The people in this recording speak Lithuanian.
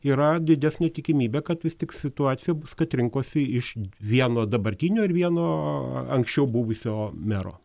yra didesnė tikimybė kad vis tik situacija bus kad rinkosi iš vieno dabartinio ir vieno anksčiau buvusio mero